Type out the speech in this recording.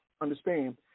understand